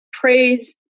praise